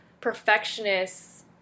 perfectionists